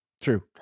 True